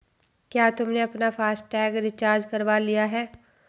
क्या तुमने अपना फास्ट टैग रिचार्ज करवा लिया है?